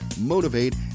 motivate